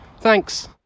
thanks